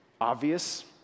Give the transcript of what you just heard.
Obvious